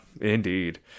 Indeed